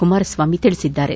ಕುಮಾರಸ್ವಾಮಿ ತಿಳಿಸಿದ್ದಾರೆ